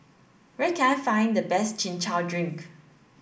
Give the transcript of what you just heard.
where can I find the best chin chow drink